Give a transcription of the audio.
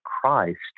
Christ